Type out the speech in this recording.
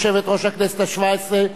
יושבת-ראש הכנסת השבע-עשרה.